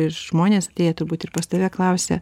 ir žmonės atėję turbūt ir pas tave klausia